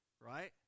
right